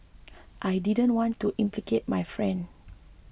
I didn't want to implicate my friend